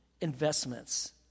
investments